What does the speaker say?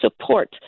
support